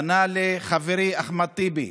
פנה לחברי אחמד טיבי,